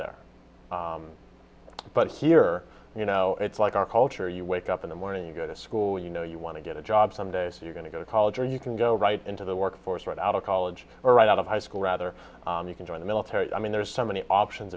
there but here you know it's like our culture you wake up in the morning you go to school you know you want to get a job some days you're going to go to college or you can go right into the workforce right out of college or right out of high school rather you can join the military i mean there's so many options